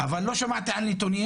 אבל לא שמעתי על נתונים,